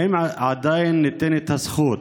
האם עדיין ניתנת הזכות